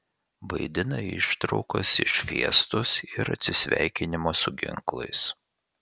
vaidina ištraukas iš fiestos ir atsisveikinimo su ginklais